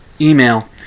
email